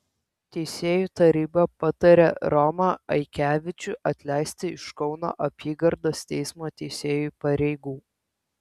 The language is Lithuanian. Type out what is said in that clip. teisėjų taryba patarė romą aikevičių atleisti iš kauno apygardos teismo teisėjo pareigų